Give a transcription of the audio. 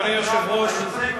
אדוני היושב-ראש,